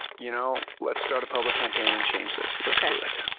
you know, let's start a public campaign and change this. let's do it.